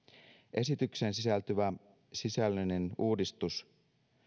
esitykseen sisältyvä sisällöllinen uudistus